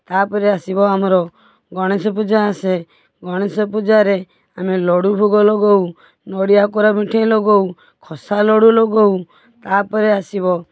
ତାପରେ ଆସିବ ଆମର ଗଣେଶ ପୂଜା ଆସେ ଗଣେଶ ପୂଜାରେ ଆମେ ଲଡ଼ୁ ଭୋଗ ଲଗଉ ନଡ଼ିଆ କୋରା ମିଠେଇ ଲଗଉ ଖସାଲଡ଼ୁ ଲଗଉ ତାପରେ ଆସିବ